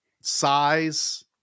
size